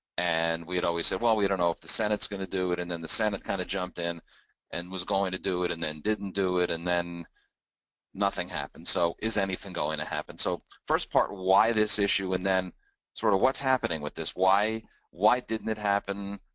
and we had always said, well we don't know if the senate is going to do it and then the senate kind of jumped in and was going to do it and then didn't do it and then nothing happened, so is anything going to happen? so first part, why this issue, and then sort of what's happening with this. why why didn't it happen,